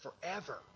forever